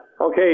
Okay